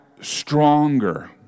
stronger